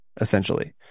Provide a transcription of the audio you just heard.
essentially